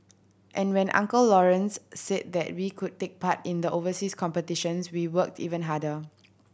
and when Uncle Lawrence said that we could take part in the overseas competitions we worked even harder